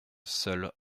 seule